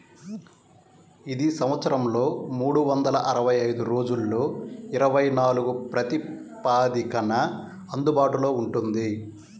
ఇది సంవత్సరంలో మూడు వందల అరవై ఐదు రోజులలో ఇరవై నాలుగు ప్రాతిపదికన అందుబాటులో ఉంటుంది